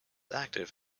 active